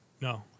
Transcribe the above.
No